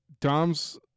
Dom's